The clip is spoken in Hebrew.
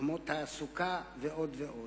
כמו תעסוקה, ועוד ועוד.